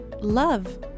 love